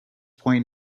point